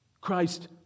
Christ